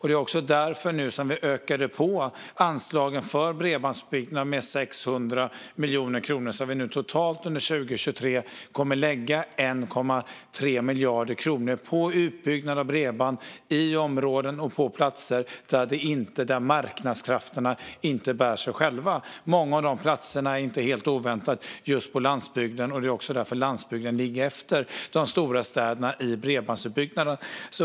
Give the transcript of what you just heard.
Det är också därför som vi nu ökar på anslagen för bredbandsutbyggnad med 600 miljoner kronor så att vi totalt under 2023 kommer att lägga 1,3 miljarder på utbyggnad av bredband i områden och på platser där marknadskrafterna inte bär sig själva. Många av de platserna är inte helt oväntat just på landsbygden, och det är också därför landsbygden ligger efter de stora städerna i bredbandsutbyggnaden.